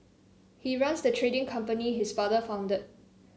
he runs the trading company his father founded